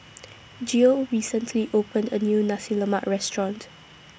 Geo recently opened A New Nasi Lemak Restaurant